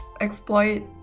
exploit